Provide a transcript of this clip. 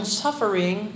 suffering